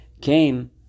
came